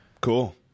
Cool